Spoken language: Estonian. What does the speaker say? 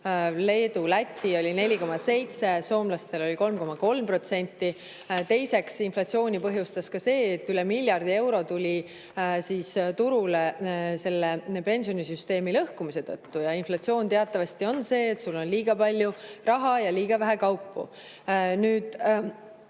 Leedul, Lätil oli 4,7% ja soomlastel 3,3%. Teiseks, inflatsiooni põhjustas ka see, et üle miljardi euro tuli turule pensionisüsteemi lõhkumise tõttu. Inflatsioon teatavasti on see, et sul on liiga palju raha ja liiga vähe kaupu. Ja